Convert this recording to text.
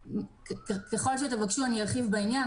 ככל שתבקשו אני ארחיב בעניין.